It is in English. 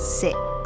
six